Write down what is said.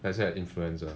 let's say an influencer